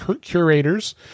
curators